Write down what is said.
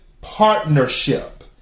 partnership